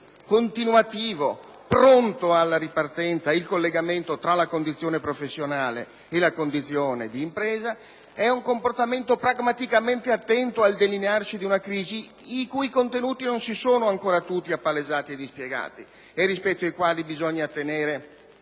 vivace, continuativo e pronto alla ripartenza il collegamento tra la condizione professionale e la condizione d'impresa. È un comportamento pragmaticamente attento al delinearsi di una crisi i cui contenuti non si sono ancora tutti appalesati e dispiegati e rispetto ai quali bisogna tenere forze